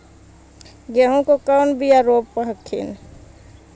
गेहूं के कौन बियाह रोप हखिन?